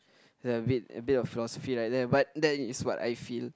a bit a bit of philosophy like that but that is what I feel